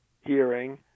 hearing